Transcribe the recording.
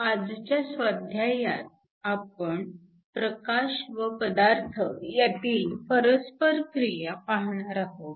आजच्या स्वाध्यायात आपण प्रकाश व पदार्थ यांतील परस्परक्रिया पाहणार आहोत